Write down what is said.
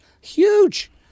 huge